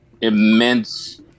immense